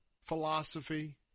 philosophy